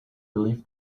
believe